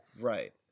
Right